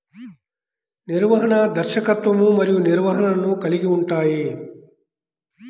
నిర్వహణ, దర్శకత్వం మరియు నిర్వహణను కలిగి ఉంటాయి